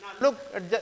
look